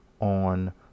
on